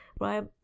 right